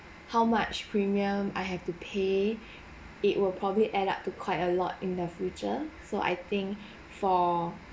how much premium I have to pay it will probably add up to quite a lot in the future so I think for